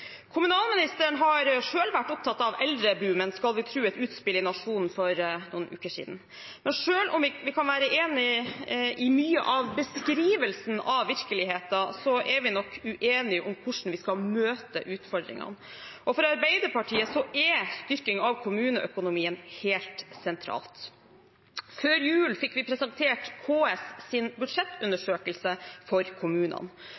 Kommunalministeren har selv vært opptatt av eldreboomen, skal vi tro et utspill i Nationen for noen uker siden. Men selv om vi kan være enig i mye av beskrivelsen av virkeligheten, er vi nok uenige om hvordan vi skal møte utfordringene. For Arbeiderpartiet er styrking av kommuneøkonomien helt sentralt. Før jul fikk vi presentert KS’ budsjettundersøkelse for kommunene.